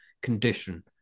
condition